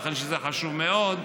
ייתכן שזה חשוב מאוד,